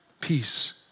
peace